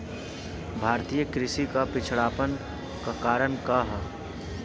भारतीय कृषि क पिछड़ापन क कारण का ह?